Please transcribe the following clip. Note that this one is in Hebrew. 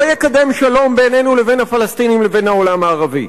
לא יקדם שלום בינינו לבין הפלסטינים לבין העולם הערבי.